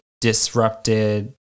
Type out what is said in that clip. disrupted